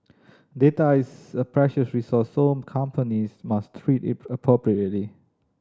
data is a precious resource so companies must treat it appropriately